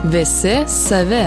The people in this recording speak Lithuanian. visi savi